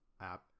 app